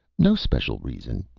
no special reason,